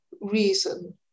reason